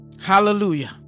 hallelujah